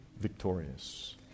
victorious